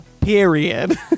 period